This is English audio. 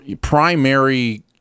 primary